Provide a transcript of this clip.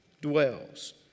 dwells